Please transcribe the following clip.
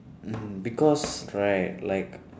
mm because right like